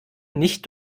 nicht